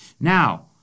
Now